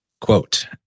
quote